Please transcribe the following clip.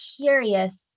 curious